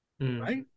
right